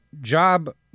job